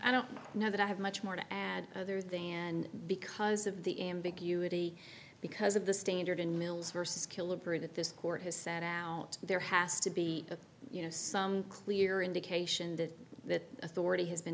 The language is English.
i don't know that i have much more to and other things and because of the ambiguity because of the standard in mills versus killebrew that this court has sent out there has to be you know some clear indication that that authority has been